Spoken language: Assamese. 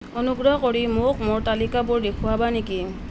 অনুগ্ৰহ কৰি মোক মোৰ তালিকাবোৰ দেখুওৱাবা নেকি